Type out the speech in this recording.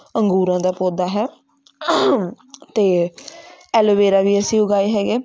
ਅੰਗੂਰਾਂ ਦਾ ਪੌਦਾ ਹੈ ਤੇ ਐਲੋਵੇਰਾ ਵੀ ਅਸੀਂ ਉਗਾਏ ਹੈਗੇ